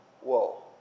Whoa